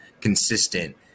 consistent